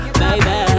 baby